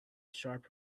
sharp